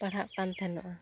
ᱯᱟᱲᱦᱟᱜᱠᱟᱱ ᱛᱟᱦᱮᱱᱚᱜᱼᱟ